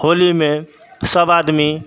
होलीमे सब आदमी